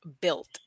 built